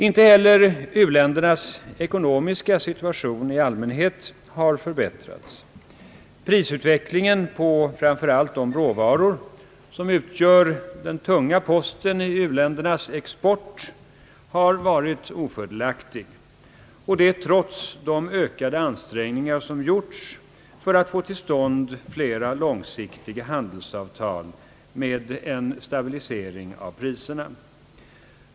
Inte heller u-ländernas ekonomiska situation i allmänhet har förbättrats. Prisutvecklingen på framför allt de råvaror som utgör den tunga posten i uländernas export har varit ofördelaktig — trots de ökade ansträngningar som gjorts för att få till stånd flera långsiktiga handelsavtal med stabilisering av priserna.